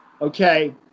Okay